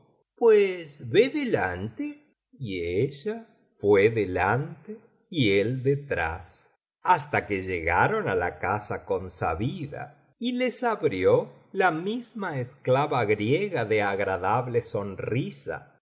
ve delante y ella fué delante y él detrás hasta que llegaron á la casa consabida y les abrió biblioteca valenciana generalitat valenciana historia del jorobado la misma esclava griega de agradable sonrisa